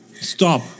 Stop